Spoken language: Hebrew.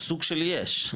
סוג של יש.